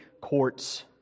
courts